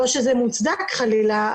לא שזה מוצדק חלילה,